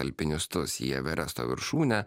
alpinistus į everesto viršūnę